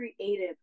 creative